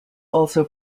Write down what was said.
also